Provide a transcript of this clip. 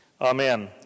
Amen